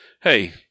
hey